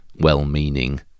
well-meaning